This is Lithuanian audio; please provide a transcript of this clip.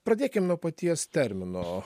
pradėkim nuo paties termino